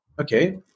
okay